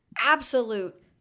absolute